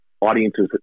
audiences